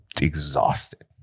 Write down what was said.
exhausted